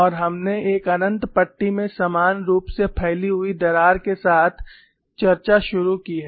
और हमने एक अनंत पट्टी में समान रूप से फैली हुई दरार के साथ चर्चा शुरू की है